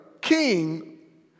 king